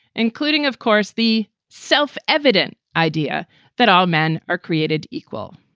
including, of course, the self-evident idea that all men are created equal.